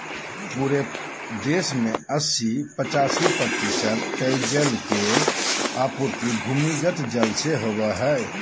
पूरे देश में अस्सी पचासी प्रतिशत पेयजल के आपूर्ति भूमिगत जल से होबय हइ